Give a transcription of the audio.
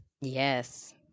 Yes